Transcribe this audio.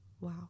wow